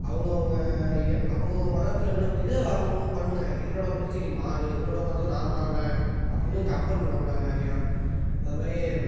அவங்கவுங்க ய அவங்கவுங்க மதத்தில் என்னென்ன பிடிக்குதோ அதை அவங்கவுங்க பண்ணுங்கள் என்னோடய மதத்த நீ மாறு உன்னோட மதத்துக்கு நான் மாறுறேன் அப்பிடின்னு கம்ப்பல் பண்ணக்கூடாது யாரையும் அதை மாதிரி